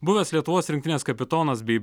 buvęs lietuvos rinktinės kapitonas bei